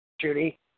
Judy